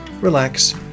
relax